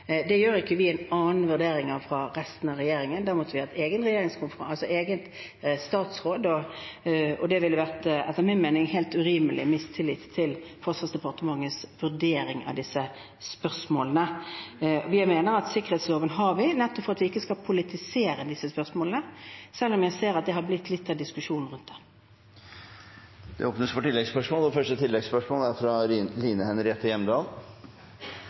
Det gjør ikke vi en annen vurdering av fra resten av regjeringen. Da måtte vi ha hatt et eget statsråd, og det ville etter min mening vært en helt urimelig mistillit til Forsvarsdepartementets vurdering av disse spørsmålene. Jeg mener at sikkerhetsloven har vi nettopp for at vi ikke skal politisere disse spørsmålene, selv om jeg ser at det har blitt litt av diskusjonen rundt det. Det åpnes for oppfølgingsspørsmål – først Line Henriette Hjemdal. Som politikere er